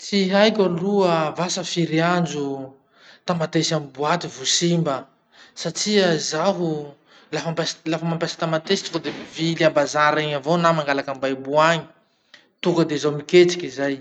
Tsy haiko aloha vasa firy andro tamatesy amy boaty vo simba satria zaho lafa mampiasa lafa mampiasa tamatesy tonga de mivily a bazary egny avao na mangalaky ambahibo agny. Tonga de zaho miketriky zay.